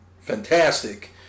fantastic